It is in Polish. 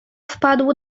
wpadł